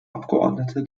abgeordnete